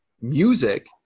music